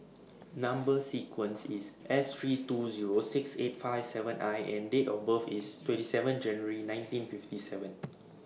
Number sequence IS S three two Zero six eight five seven I and Date of birth IS twenty seven January nineteen fifty seven